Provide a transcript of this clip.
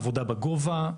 עבודה בגובה,